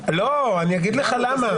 לא, אני אגיד לך למה.